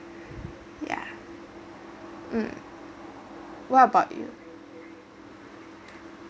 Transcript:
yeah mm what about you